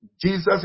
Jesus